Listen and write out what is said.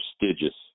prestigious